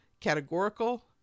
Categorical